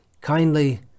kindly